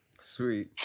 sweet